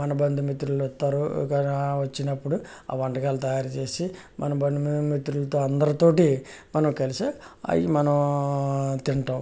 మన బంధుమిత్రులు వస్తారు కానీ వచ్చినప్పుడు ఆ వంటకాలు తయారుచేసి మన బంధుమిత్రులతో అందరితో మనం కలిసి అవి మనం తింటాం